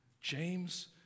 James